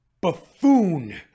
buffoon